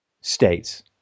states